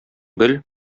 бел